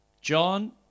John